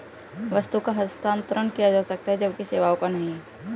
वस्तु का हस्तांतरण किया जा सकता है जबकि सेवाओं का नहीं